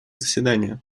заседания